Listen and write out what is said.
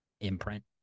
imprint